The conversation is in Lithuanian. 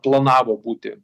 planavo būti